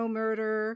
murder